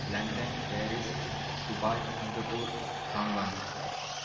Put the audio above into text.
London Paris Dubai Singapore Hong Kong